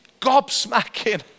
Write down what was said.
gobsmacking